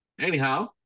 Anyhow